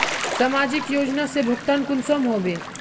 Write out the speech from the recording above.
समाजिक योजना से भुगतान कुंसम होबे?